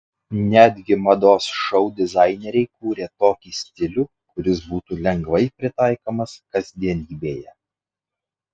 netgi mados šou dizaineriai kūrė tokį stilių kuris būtų lengvai pritaikomas kasdienybėje